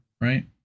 Right